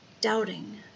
doubting